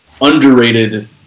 underrated